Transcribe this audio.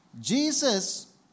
Jesus